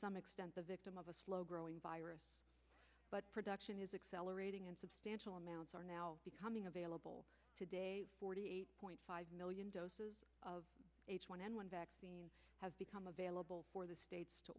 some extent the victim of a slow growing virus but production is accelerating and substantial amounts are now becoming available today forty eight point five million doses of h one n one vaccine has become available for the states to